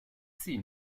sie